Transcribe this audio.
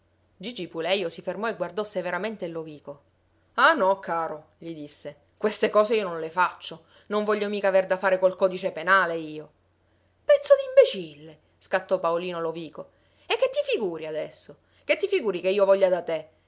gigi pulejo si fermò e guardò severamente il lovico ah no caro gli disse queste cose io non le faccio non voglio mica aver da fare col codice penale io pezzo d'imbecille scattò paolino lovico e che ti figuri adesso che ti figuri che io voglia da te